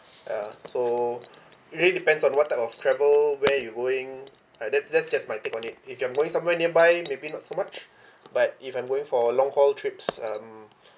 ya so really depends on what type of travel where you going like that that's just my take on it if I'm are going somewhere nearby maybe not so much but if I'm going for a long haul trips um